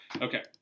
Okay